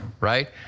right